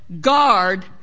guard